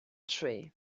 tree